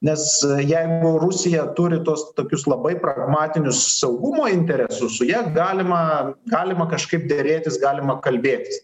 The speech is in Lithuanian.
nes jeigu rusija turi tuos tokius labai pragmatinius saugumo interesus su ja galima galima kažkaip derėtis galima kalbėtis